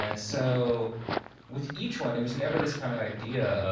ah so with each one, it was never this kind of idea.